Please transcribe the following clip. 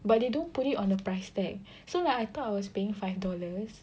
but they don't put it on the price tag so like I thought I was paying five dollars